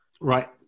right